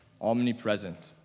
omnipresent